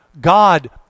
God